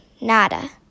Nada